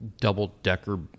double-decker